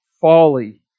folly